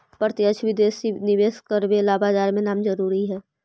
प्रत्यक्ष विदेशी निवेश करवे ला बाजार में नाम जरूरी है